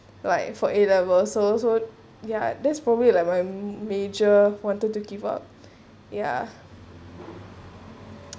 like for A levels so so yeah that's probably like my major wanted to give up ya